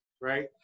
right